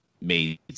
made